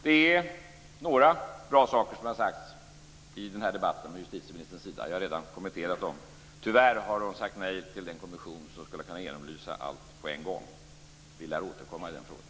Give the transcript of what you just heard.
Det är några bra saker som har sagts i debatten från justitieministerns sida, och jag har redan kommenterat dem. Tyvärr har hon sagt nej till den kommission som skulle kunna genomlysa allt på en gång. Vi lär återkomma i den frågan.